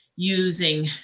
using